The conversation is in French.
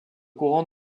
courant